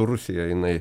rusija jinai